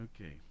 Okay